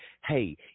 hey